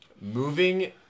Moving